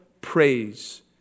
praise